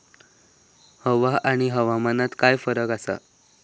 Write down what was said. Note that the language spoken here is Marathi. हवा आणि हवामानात काय फरक असा?